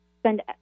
spend